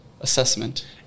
assessment